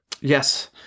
Yes